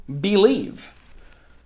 believe